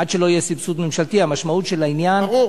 עד שלא יהיה סבסוד ממשלתי המשמעות של העניין היא